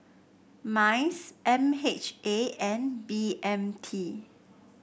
MICE M H A and B M T